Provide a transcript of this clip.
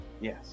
Yes